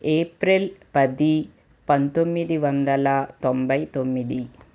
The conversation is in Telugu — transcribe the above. ఏప్రిల్ పది పంతొమ్మిది వందల తొంభై తొమ్మిది